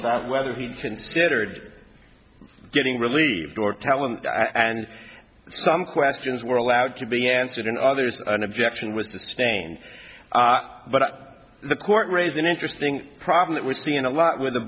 about whether he considered getting relieved or talent and some questions were allowed to be answered and others an objection was sustained but the court raised an interesting problem that we're seeing a lot with the